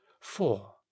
four